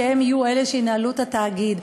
שהם יהיו אלה שינהלו את התאגיד.